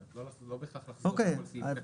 זאת אומרת לא בהכרח לחזור על כל מילה.